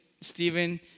Stephen